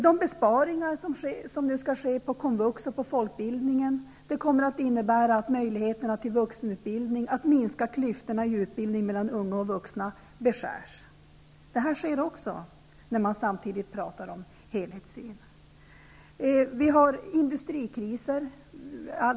De besparingar som nu skall ske inom komvux och folkbildning kommer att innebära att möjligheterna till vuxenutbildning, att minska klyftorna mellan unga och vuxna i utbildning, beskärs. Detta sker samtidigt som man pratar om en helhetssyn. Vi har industrikriser.